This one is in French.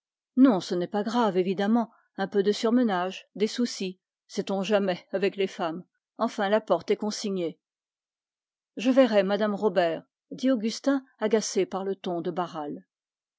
mais ce n'est pas grave qu'a-t-elle donc un peu de surmenage des soucis sait-on jamais avec les femmes enfin la porte est consignée je verrai mme robert dit augustin irrité par le ton de barral